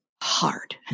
hard